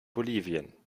bolivien